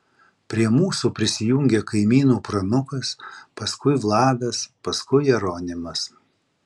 prie mūsų prisijungė kaimynų pranukas paskui vladas paskui jeronimas